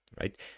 right